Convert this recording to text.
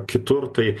kitur tai